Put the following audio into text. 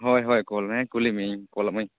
ᱦᱳᱭ ᱦᱳᱭ ᱠᱚᱞᱮ ᱠᱩᱞᱤ ᱢᱤᱭᱟᱹᱧ ᱠᱚᱞᱟᱢᱟᱹᱧ